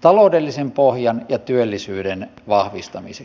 taloudellisen pohjan ja työllisyyden vahvistamiseksi